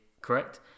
correct